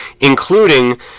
including